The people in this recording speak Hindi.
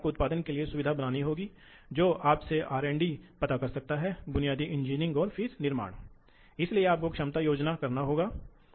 उत्पादन की तरह है कि हम चाहते हैं तो धुरी ड्राइव के लिए हम आम तौर पर निरंतर बिजली की आवश्यकता है